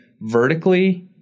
vertically